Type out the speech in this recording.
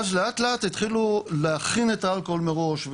ואז לאט לאט התחילו להכין את האלכוהול מראש,